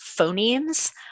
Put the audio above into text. phonemes